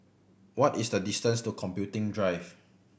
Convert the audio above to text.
what is the distance to Computing Drive